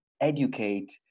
educate